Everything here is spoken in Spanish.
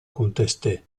contesté